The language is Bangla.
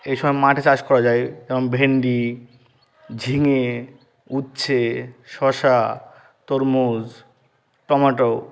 এই সময় মাঠে চাষ করা যায় যেমন ভেন্ডি ঝিঙে উচ্ছে শশা তরমুজ টমেটো